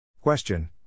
Question